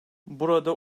burada